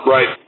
Right